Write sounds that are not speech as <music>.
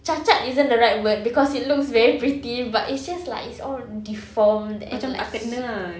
cacat isn't the right word because it looks very pretty <laughs> but it seems like it's all deformed and like s~